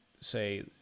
say